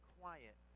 quiet